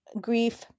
grief